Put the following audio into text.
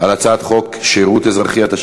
החוק יעברו לוועדת הכנסת.